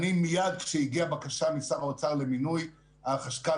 מייד כשהגיעה בקשה משר האוצר למינוי החשכ"ל